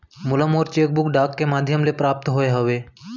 मोला मोर cheque book डाक के मध्याम ले प्राप्त होय हवे